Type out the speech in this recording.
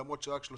למרות שבקושי